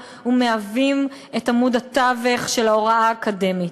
ומהווים את עמוד התווך של ההוראה האקדמית.